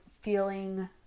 feeling